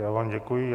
Já vám děkuji.